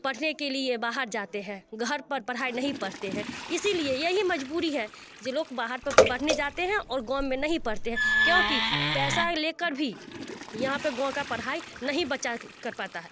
पढ़ने के लिए बाहर जाते हैं घर पर पढ़ाई नहीं पढ़ते हैं इसी लिए यही मजबूरी है कि लोग बाहर पर पढ़ने जाते हैं और गाँव में नहीं पढ़ते हैं क्योंकि पैसा ले कर भी यहाँ पर गाँव की पढ़ाई नहीं बच्चे कर पाता है